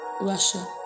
Russia